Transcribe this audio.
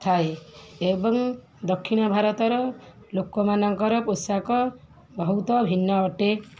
ଥାଏ ଏବଂ ଦକ୍ଷିଣ ଭାରତର ଲୋକମାନଙ୍କର ପୋଷାକ ବହୁତ ଭିନ୍ନ ଅଟେ